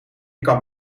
kan